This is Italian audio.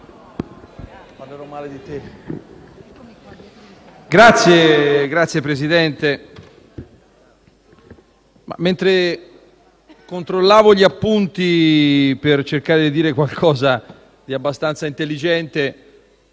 Signor Presidente, mentre controllavo gli appunti per cercare di dire qualcosa di abbastanza intelligente,